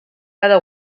cada